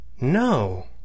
No